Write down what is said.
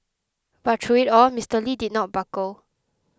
but through it all Mister Lee did not buckle